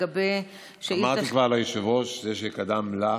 אמרתי כבר ליושב-ראש, זה שקדם לך: